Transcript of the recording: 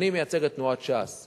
אני מייצג את תנועת ש"ס,